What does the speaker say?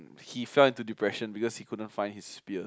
he fell into depression because he couldn't find his spears